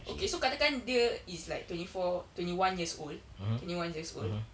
okay so katakan dia is like twenty four twenty one years old twenty one years old